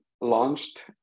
launched